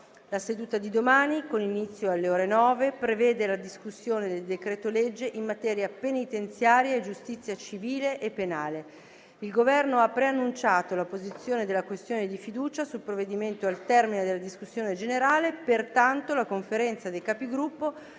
La seduta di domani, con inizio alle ore 9, prevede la discussione del decreto-legge in materia penitenziaria e di giustizia civile e penale. Il Governo ha preannunciato la posizione della questione di fiducia sul provvedimento al termine della discussione generale. Pertanto la Conferenza dei Capigruppo